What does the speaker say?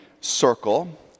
circle